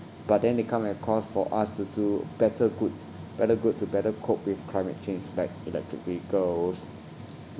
but then they come at a cost for us to do better good better good to better cope with climate change like electric vehicles